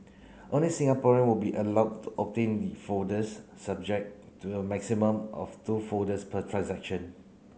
only Singaporean will be allowed to obtain the folders subject to a maximum of two folders per transaction